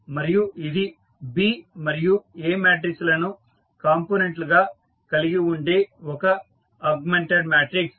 మరియు ఇది B మరియు A మాట్రిక్స్ లను కంపోనెంట్ లగా కలిగి ఉండే ఒక ఆగ్మెంటెడ్ మాట్రిక్స్